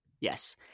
Yes